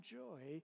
joy